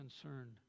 concerned